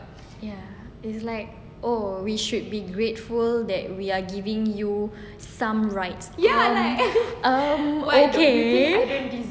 ya it's like oh we should be grateful that we are giving you some rights oh oh okay